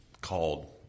called